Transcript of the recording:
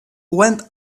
went